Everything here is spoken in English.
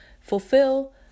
fulfill